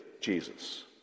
Jesus